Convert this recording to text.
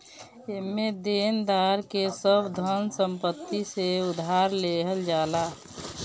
एमे देनदार के सब धन संपत्ति से उधार लेहल जाला